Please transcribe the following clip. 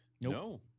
No